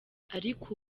ariko